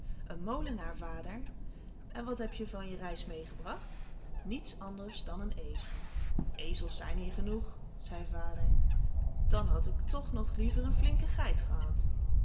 een molenaar vader en wat heb je van je reis meegebracht niets anders dan een ezel ezels zijn hier genoeg zei de vader dan had ik toch nog liever een flinke geit gehad